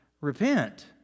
repent